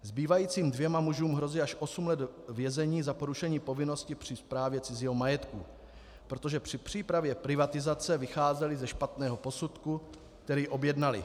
Zbývajícím dvěma mužům hrozí až osm let vězení za porušení povinnosti při správě cizího majetku, protože při přípravě privatizace vycházeli ze špatného posudku, který objednali.